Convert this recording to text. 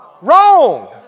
wrong